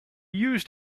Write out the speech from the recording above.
used